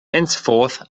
henceforth